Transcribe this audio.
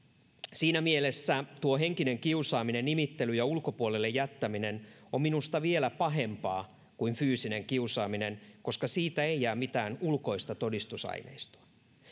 siinä mielessä tuo henkinen kiusaaminen nimittely ja ulkopuolelle jättäminen on minusta vielä pahempaa kuin fyysinen kiusaaminen koska siitä ei jää mitään ulkoista todistusaineistoa